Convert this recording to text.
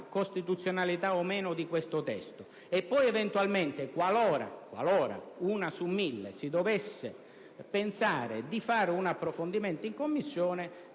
costituzionalità o meno del testo e poi, eventualmente, qualora - in un caso su mille - si dovesse pensare di fare un approfondimento in Commissione,